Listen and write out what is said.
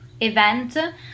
event